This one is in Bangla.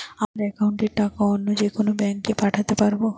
আমার একাউন্টের টাকা অন্য যেকোনো ব্যাঙ্কে পাঠাতে পারব?